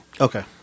Okay